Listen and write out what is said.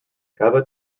cava